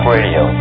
Radio